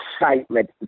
excitement